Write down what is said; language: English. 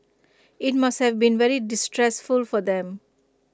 IT must have been very distressful for them